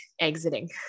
exiting